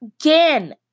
Again